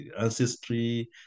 ancestry